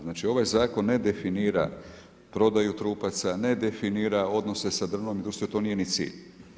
Znači, ovaj Zakon ne definira prodaju trupaca, ne definira odnose sa drvnom industrijom, a to nije ni cilj.